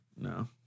No